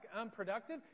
unproductive